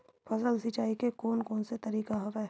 फसल सिंचाई के कोन कोन से तरीका हवय?